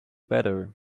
better